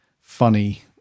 funny